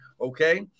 Okay